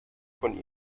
von